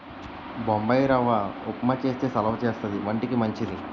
బొంబాయిరవ్వ ఉప్మా చేస్తే సలవా చేస్తది వంటికి మంచిది